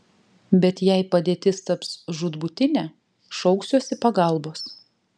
bet jei padėtis taps žūtbūtinė šauksiuosi pagalbos